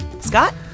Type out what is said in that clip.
Scott